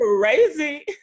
crazy